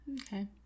okay